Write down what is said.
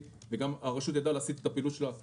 וגם הרשות ידעה להסיט את הפעילות שלה לשם,